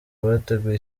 abateguye